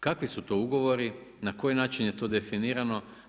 Kakvi su to ugovori, na koji način je to definirano?